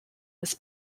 his